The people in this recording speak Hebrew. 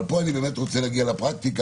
אבל פה אני באמת רוצה להגיע לפרקטיקה,